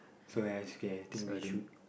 so I ask you okay I think we should